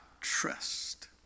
trust